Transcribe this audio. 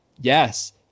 Yes